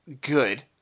good